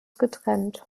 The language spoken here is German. getrennt